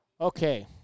Okay